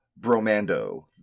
Bromando